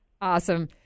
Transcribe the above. Awesome